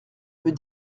veut